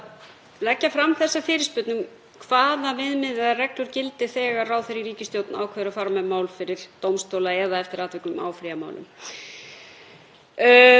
Ég hef aflað mér upplýsinga og samkvæmt upplýsingum frá embætti ríkislögmanns hefur íslenska ríkið einungis höfðað sjö mál á síðastliðnum áratug, þar af fjögur fyrir Félagsdómi,